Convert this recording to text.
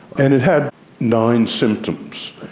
and it had nine symptoms.